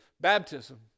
baptism